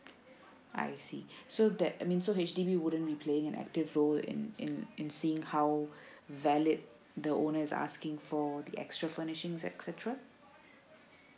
I see so that I means so H_D_B wouldn't be playing any active role in in in seeing how valid the owner is asking for the extra furnishings et cetera